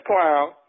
clown